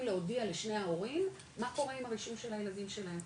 להודיע לשני ההורים מה קורה עם הרישום של הילדים שלהם,